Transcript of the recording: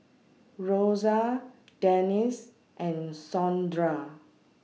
Rosa Denis and Sondra